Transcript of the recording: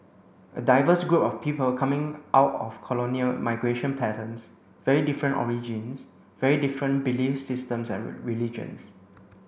a diverse group of people coming out of colonial migration patterns very different origins very different belief systems and religions